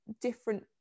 different